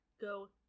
go